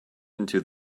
into